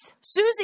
Susie